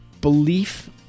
Belief